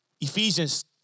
Ephesians